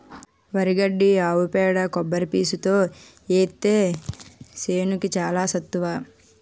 వరి గడ్డి ఆవు పేడ కొబ్బరి పీసుతో ఏత్తే సేనుకి చానా సత్తువ